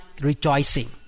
rejoicing